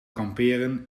kamperen